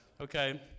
Okay